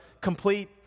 complete